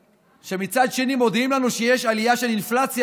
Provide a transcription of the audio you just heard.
מצד שני מודיעים לנו שיש עלייה של אינפלציה